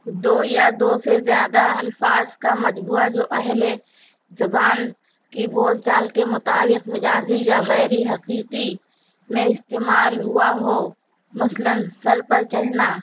دو یا دو سے زیادہ الفاظ کا مجبوعہ جو اہل زبان کی بول چال کے مطابق مجازی یا غیری حقیقی میں استعمال ہوا ہو مثلاً سر پر چڑھنا